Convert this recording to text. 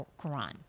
Quran